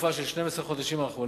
בתקופה של 12 החודשים האחרונים.